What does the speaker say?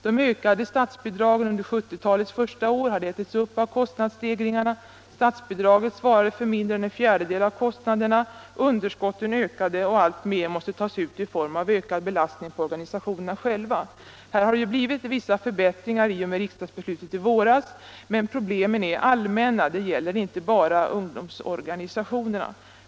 De ökade statsbidragen under 1970-talets första år hade ätits upp av kostnadsstegringarna. Statsbidraget svarade för mindre än en fjärdedel av kostnaderna, underskotten ökade och alltmer måste tas ut i form av ökad belastning på organisationerna själva. Här har det blivit vissa förbättringar i och med riksdagsbeslutet i våras, men problemen är allmänna och gäller inte bara ungdomsorganisationerna.